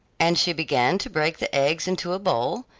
and she began to break the eggs into a bowl,